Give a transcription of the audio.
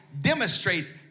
demonstrates